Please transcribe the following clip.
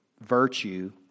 virtue